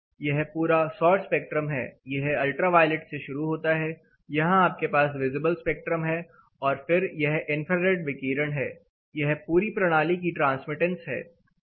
यह पूरा सौर स्पेक्ट्रम है यह अल्ट्रावायलेट से शुरू होता है यहां आपके पास विजिबल स्पेक्ट्रम है और फिर यह इंफ्रारेड विकिरण है यह पूरी प्रणाली की ट्रांसमिटेंस है